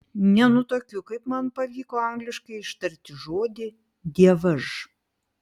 nenutuokiu kaip man pavyko angliškai ištarti žodį dievaž